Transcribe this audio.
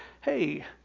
hey